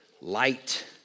light